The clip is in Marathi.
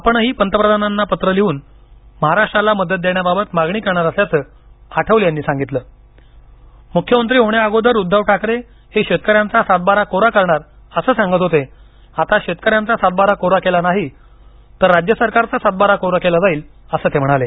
आपणही पंतप्रधानांना पत्र लिडून महाराष्ट्राला मदत देण्याबाबत मागणी करणार असल्याचं आठवले यांनी सांगितलंमुख्यमंत्री होण्याआगोदर उद्धव ठाकरे हे शेतकऱ्यांचा सातबारा कोरा करणार अस सांगत होते आता शेतकऱ्यांचा सातबारा कोरा केला नाही तर या राज्य सरकारचा सातबारा कोरा केला जाईल अस ते म्हणाले